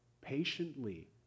patiently